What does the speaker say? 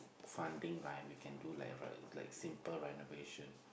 funding right we can do like simple renovation